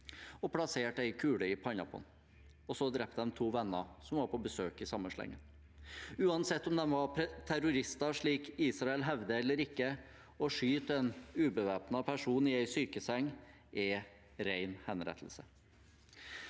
og plasserte en kule i pannen på ham. Så drepte de to venner som var på besøk i samme slengen. Uansett om de var terrorister, slik Israel hevder, eller ikke: Å skyte en ubevæpnet person i en sykeseng er ren henrettelse.